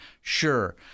sure